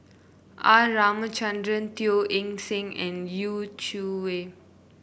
R Ramachandran Teo Eng Seng and Yu Zhuye